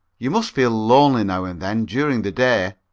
you must feel lonely, now and then, during the day,